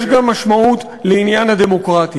יש גם משמעות לעניין הדמוקרטיה.